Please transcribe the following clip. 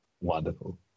Wonderful